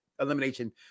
elimination